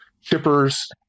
shippers